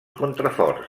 contraforts